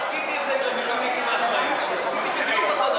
עשיתי את זה, עשיתי בדיוק אותו דבר.